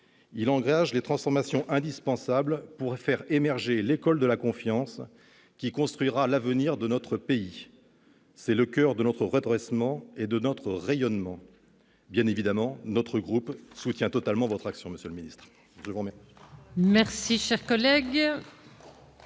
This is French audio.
Il engage les transformations indispensables pour faire émerger l'école de la confiance qui construira l'avenir de notre pays. C'est le coeur de notre redressement et de notre rayonnement. Bien entendu, le groupe La République En Marche soutient totalement votre action, monsieur le ministre.